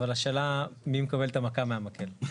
אבל השאלה מי מקבל את המכה מהמקל.